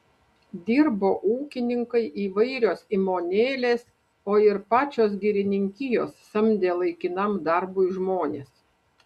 dirbo ūkininkai įvairios įmonėlės o ir pačios girininkijos samdė laikinam darbui žmones